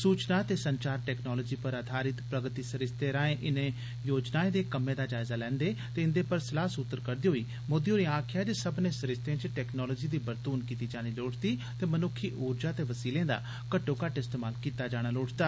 सूचना ते संचार टेक्नोलोजी पर अधारत ''प्रगति'' सरिस्ते राएं इनें योजनाएं दे कम्में दा जायजा लैंदे ते इंदे पर सलाह् सूत्र करदे होई मोदी होरें आक्खेआ जे सब्बने सरिस्तें च टेकनोलोजी दी बरतून कीती जानी लोड़चदी ते मनुक्खी उर्जा ते वसीले दा इस्तेमाल घट्टोघट्ट होना लोड़चदा